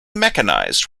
mechanized